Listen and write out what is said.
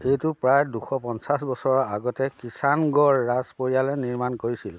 এইটো প্ৰায় দুশ পঞ্চাছ বছৰৰ আগতে কিচাণগড় ৰাজপৰিয়ালে নিৰ্মাণ কৰিছিল